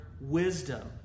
wisdom